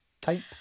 type